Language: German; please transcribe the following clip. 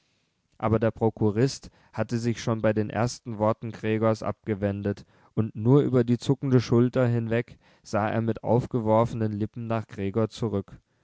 aber der prokurist hatte sich schon bei den ersten worten gregors abgewendet und nur über die zuckende schulter hinweg sah er mit aufgeworfenen lippen nach gregor zurück